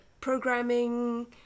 programming